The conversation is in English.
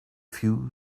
few